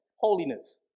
holiness